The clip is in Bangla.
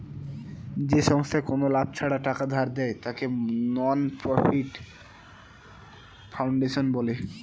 যে সংস্থায় কোনো লাভ ছাড়া টাকা ধার দেয়, তাকে নন প্রফিট ফাউন্ডেশন বলে